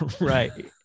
right